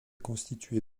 constitué